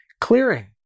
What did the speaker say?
clearing